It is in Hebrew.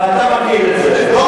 ואתה מכיר את זה.